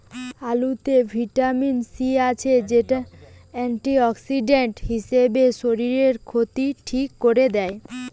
আলুতে vitamin C আছে, যেটা অ্যান্টিঅক্সিডেন্ট হিসাবে শরীরের ক্ষতি ঠিক কোরে দেয়